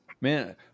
man